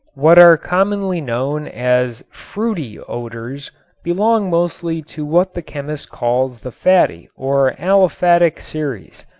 what are commonly known as fruity odors belong mostly to what the chemist calls the fatty or aliphatic series.